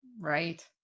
Right